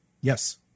Yes